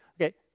Okay